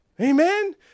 Amen